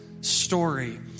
story